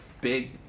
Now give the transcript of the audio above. big